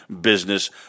business